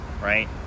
right